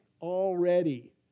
already